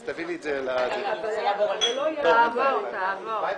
סעיף ב': המלצה להארכת כהונת חברת הכנסת נאוה בוקר כסגנית